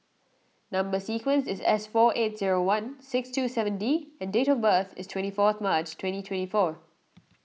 Number Sequence is S four eight zero one six two seven D and date of birth is twenty fourth March twenty twenty four